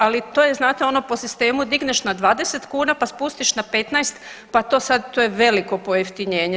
Ali to je znate ono po sistemu digneš na 20 kuna pa spustiš na 15, pa to sad, to je veliko pojeftinjenje.